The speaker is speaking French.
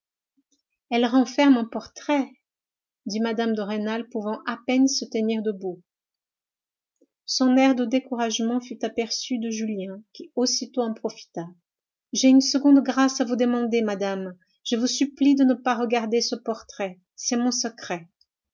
elle renferme un portrait dit mme de rênal pouvant à peine se tenir debout son air de découragement fut aperçu de julien qui aussitôt en profita j'ai une seconde grâce à vous demander madame je vous supplie de ne pas regarder ce portrait c'est mon secret